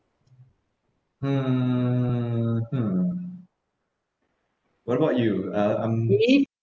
hmm hmm what about you uh I'm